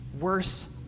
worse